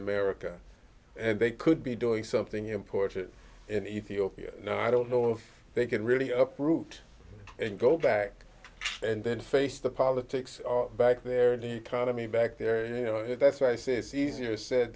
america and they could be doing something important in ethiopia now i don't know if they can really up root and go back and then face the politics are back there in the economy back there and you know that's why i say it's easier said